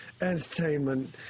entertainment